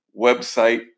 website